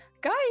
Guys